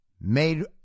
Made